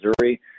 Missouri